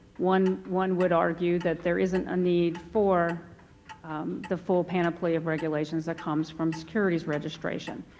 one one would argue that there isn't a need for the full panoply of regulations that comes from securities registration,